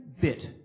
bit